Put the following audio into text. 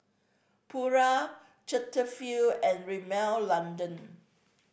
Pura Cetaphil and Rimmel London